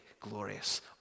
glorious